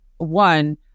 One